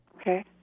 Okay